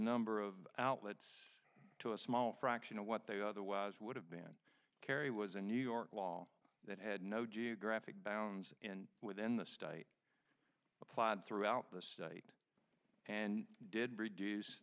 number of outlets to a small fraction of what they are otherwise would have been kerry was a new york law that had no geographic bounds in within the state applied throughout the state and did reduce